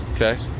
Okay